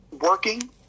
working